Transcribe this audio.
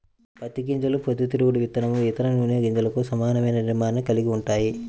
పత్తి గింజలు పొద్దుతిరుగుడు విత్తనం, ఇతర నూనె గింజలకు సమానమైన నిర్మాణాన్ని కలిగి ఉంటాయి